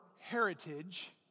heritage